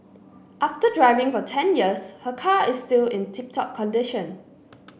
after driving for ten years her car is still in tip top condition